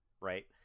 Right